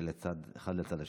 אחד לצד השני.